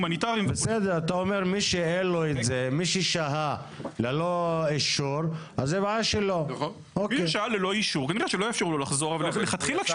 ומנומקת למה לא אפשרו לו לעלות לטיסה כדי שהוא